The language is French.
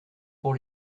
pour